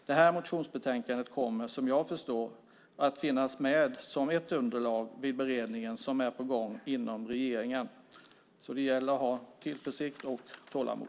Det här motionsbetänkandet kommer, vad jag förstår, att finnas med som ett underlag vid den beredning som är på gång inom regeringen. Så det gäller att ha tillförsikt och tålamod.